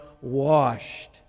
washed